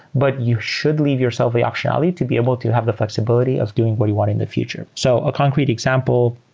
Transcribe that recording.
but you should leave yourself the optionality to be able to have the flexibility of doing what you want in the future. so a concrete example,